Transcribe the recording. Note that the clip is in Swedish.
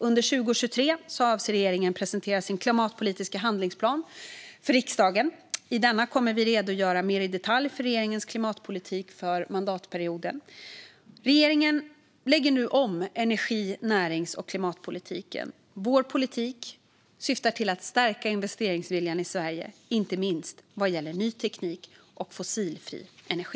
Under 2023 avser regeringen att presentera sin klimatpolitiska handlingsplan för riksdagen. I denna kommer vi att redogöra mer i detalj för regeringens klimatpolitik för mandatperioden. Regeringen lägger nu om energi-, närings och klimatpolitiken. Vår politik syftar till att stärka investeringsviljan i Sverige, inte minst vad gäller ny teknik och fossilfri energi.